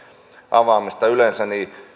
avaamisesta yleensä